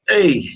Hey